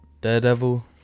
Daredevil